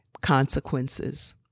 consequences